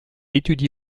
étudie